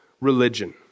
religion